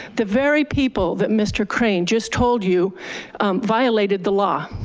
the very people that mr. crane just told you violated the law.